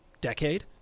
decade